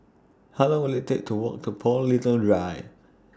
How Long Will IT Take to Walk to Paul Little Drive